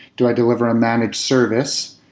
do i deliver a managed service?